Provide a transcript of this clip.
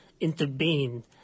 intervene